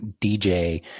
DJ